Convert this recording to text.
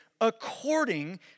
according